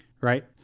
right